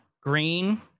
green